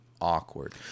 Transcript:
awkward